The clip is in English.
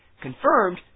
Confirmed